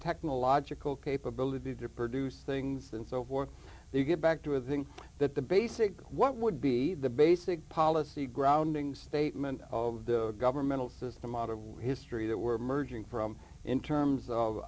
technological capability to produce things and so forth you get back to a thing that the basic what would be the basic policy grounding statement of the governmental system out of history that we're merging from in terms of